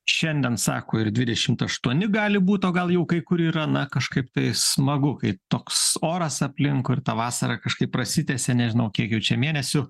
šiandien sako ir dvidešimt aštuoni gali būt o gal jau kai kur yra na kažkaip tai smagu kai toks oras aplinkui ir ta vasara kažkaip prasitęsia nežinau kiek jau čia mėnesiu